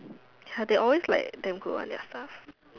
ya they always like damn good one their stuff